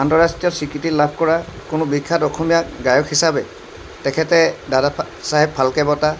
আন্তঃৰাষ্ট্ৰীয় স্বীকৃতি লাভ কৰা কোনো বিখ্যাত অসমীয়া গায়ক হিচাপে তেখেতে দাদা চাহেব ফাল্কে বঁটা